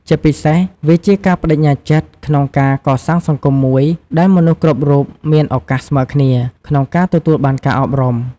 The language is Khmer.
ជាពិសេស វាជា ការប្ដេជ្ញាចិត្ត ក្នុងការ កសាងសង្គមមួយ ដែលមនុស្សគ្រប់រូបមាន ឱកាសស្មើគ្នា ក្នុងការ ទទួលបានការអប់រំ។